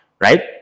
right